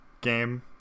game